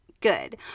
Good